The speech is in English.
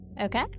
Okay